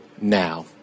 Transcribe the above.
now